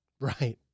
Right